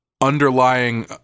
underlying